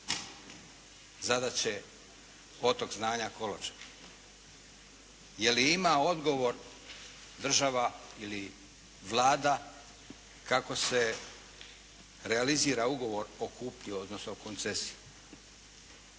zadaće “otok znanja Koločep“? Je li ima odgovor država ili Vlada kako se realizira ugovor o kupnji, odnosno koncesiji?